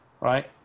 Right